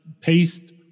paste